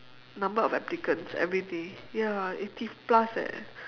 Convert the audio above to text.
number of applicants everyday ya eighty plus eh